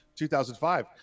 2005